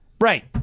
right